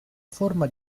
forma